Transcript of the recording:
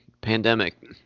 pandemic